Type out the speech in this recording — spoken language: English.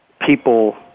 people